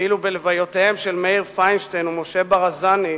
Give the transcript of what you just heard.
ואילו בלוויותיהם של מאיר פיינשטיין ומשה ברזני,